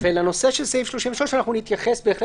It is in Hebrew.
לנושא של סעיף 33 אנחנו בהחלט נתייחס.